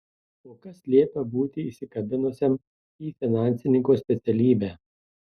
o kas liepia būti įsikabinusiam į finansininko specialybę